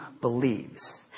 believes